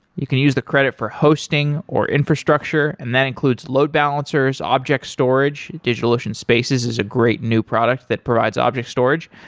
you can use the credit for hosting, or infrastructure, and that includes load balancers, object storage. digitalocean spaces is a great new product that provides object storage,